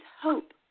hope